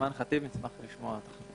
בבקשה.